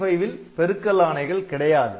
8085ல் பெருக்கல் ஆணைகள் கிடையாது